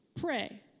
Pray